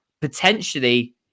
potentially